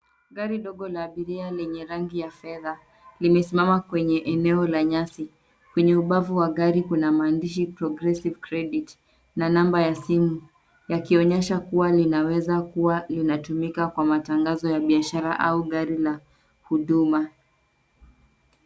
Gari dogo la abiria lenye rangi ya fedha. Limesimama kwenye eneo la nyasi. Kwenye ubavu wa gari kuna maandishi Progressive Credit na namba ya simu, yakionyesha kuwa linaweza kuwa linatumika kwa matangazo ya biashara au gari la huduma.